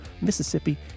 Mississippi